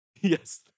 Yes